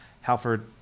Halford